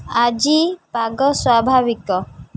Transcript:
ଆଜି ପାଗ ସ୍ୱାଭାବିକ